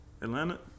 Atlanta